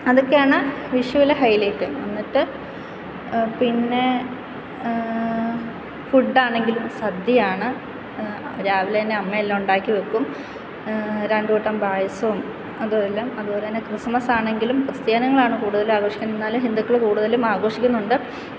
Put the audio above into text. അതൊക്കെയാണ് വിഷുവിലെ ഹൈലൈറ്റ് എന്നിട്ട് പിന്നെ ഫുഡ് ആണെങ്കിലും സദ്യയാണ് രാവിലെ തന്നെ അമ്മയെല്ലാം ഉണ്ടാക്കി വെയ്ക്കും രണ്ടുകൂട്ടം പായസവും അതുപോലെ അതുപോലെതന്നെ ക്രിസ്മസ് ആണെങ്കിലും ക്രിസ്ത്യാനികളാണ് കൂടുതൽ ആഘോഷിക്കുന്നത് എന്നാലും ഹിന്ദുക്കൾ കൂടുതലും ആഘോഷിക്കുന്നുണ്ട്